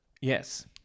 Yes